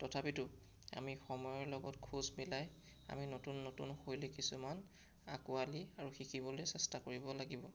তথাপিতো আমি সময়ৰ লগত খোজ মিলাই আমি নতুন নতুন শৈলী কিছুমান আকোৱালি আৰু শিকিবলৈ চেষ্টা কৰিব লাগিব